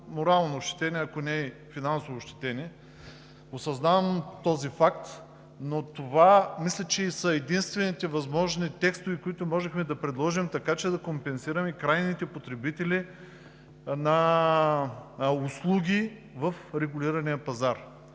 морално ощетени, ако не и финансово ощетени. Осъзнавам този факт, но мисля, че това са единствените възможни текстове, които можехме да предложим, така че да компенсираме крайните потребители на услуги в регулирания пазар.